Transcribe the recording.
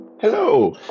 Hello